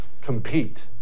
compete